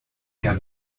gab